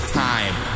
time